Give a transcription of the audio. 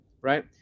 right